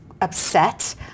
upset